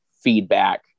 feedback